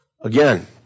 Again